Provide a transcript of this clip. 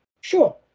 Sure